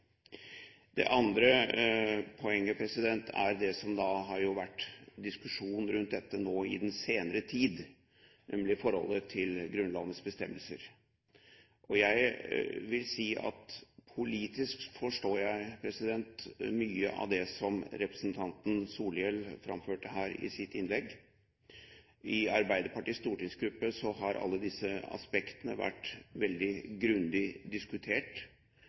Det andre poenget er det som har vært diskusjonen rundt dette nå i den senere tid, nemlig forholdet til Grunnlovens bestemmelser. Jeg vil si at politisk forstår jeg mye av det som representanten Solhjell framførte her i sitt innlegg. I Arbeiderpartiets stortingsgruppe har alle disse aspektene vært veldig grundig diskutert,